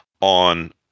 On